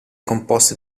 composte